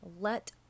let